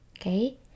okay